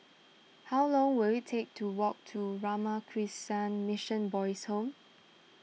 how long will it take to walk to Ramakrishna Mission Boys' Home